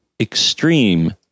Extreme